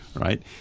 right